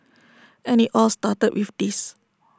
and IT all started with this